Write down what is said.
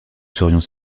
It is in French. serions